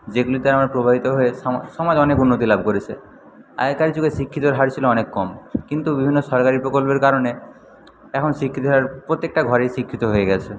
যেগুলিতে আমরা প্রভাবিত হয়ে সমাজ সমাজ অনেক উন্নতি লাভ করেছে আগেকার যুগে শিক্ষিতের হার ছিল অনেক কম কিন্তু বিভিন্ন সরকারি প্রকল্পের কারণে এখন শিক্ষিতের হার প্রত্যেকটা ঘরেই শিক্ষিত হয়ে গেছে